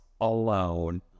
alone